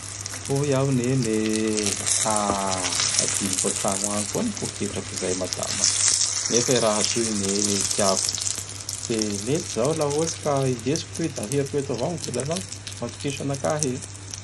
Hoy iaho neny e! aha! Hadinoko an-tragno agny koa gny poketrako zay madama nefa raha toy me tiako. Fe mety zao la ohatsy ka indesiko toy da aheriko eto avao gny volanao. Matokisa anakahy e!